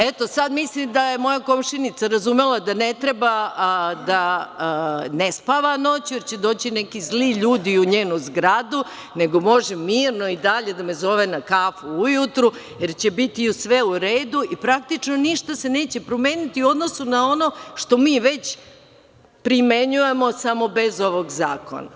Eto, sad mislim da je moja komšinica razumela da ne treba da ne spava noću, jer će doći neki zli ljudi u njenu zgradu, nego može mirno i dalje da me zove na kafu ujutru, jer će biti sve u redu i praktično ništa se neće promeniti u odnosu na ono što mi već primenjujemo samo bez ovog zakona.